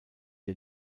der